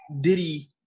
Diddy